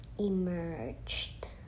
emerged